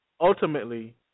ultimately